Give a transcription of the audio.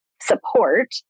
support